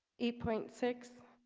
eight point six.